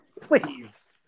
please